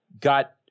got